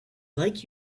like